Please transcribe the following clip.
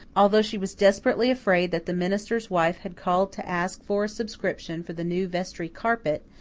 although she was desperately afraid that the minister's wife had called to ask for a subscription for the new vestry carpet,